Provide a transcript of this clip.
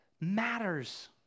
matters